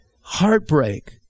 Heartbreak